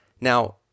Now